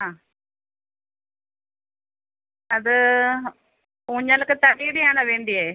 ആ അത് ഊഞ്ഞാലൊക്കെ തടീടെയാണോ വേണ്ടത്